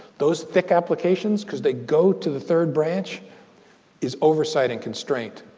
those thick applications because they go to the third branch is oversight and constraint.